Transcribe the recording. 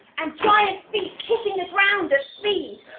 and giant feet hitting the ground at speed.